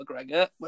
McGregor